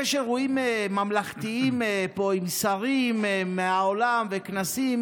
יש אירועים ממלכתיים פה עם שרים מהעולם וכנסים